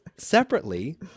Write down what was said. Separately